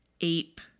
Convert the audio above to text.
ape